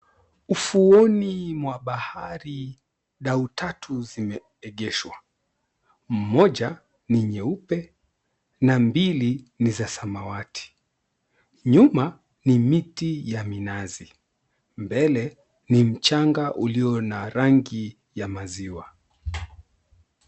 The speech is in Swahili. Ufuoni mwa bahari, dau tatu zimeegeshwa, moja ninnyeupe na mbili ni za samawati. Nyuma ni miti ya minazi, mbele ni mchanga ulio na rangi ya maziwa.